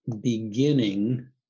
beginning